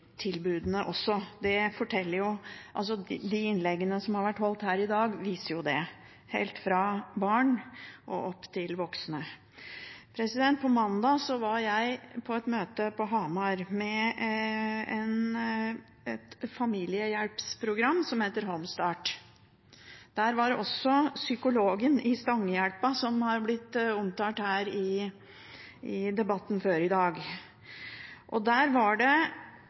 De innleggene som har vært holdt her i dag, viser jo det. Det gjelder for både barn og voksne. På mandag var jeg på et møte på Hamar på et familiehjelpsprogram som heter Home Start. Der var også psykologen i Stangehjelpa, som har blitt omtalt i debatten før i dag. Der ble det